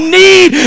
need